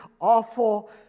awful